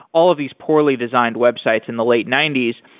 all of these poorly designed websites in the late ninety s.